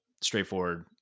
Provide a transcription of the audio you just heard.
straightforward